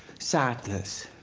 sadness.